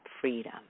freedom